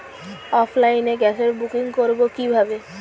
অফলাইনে গ্যাসের বুকিং করব কিভাবে?